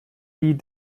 die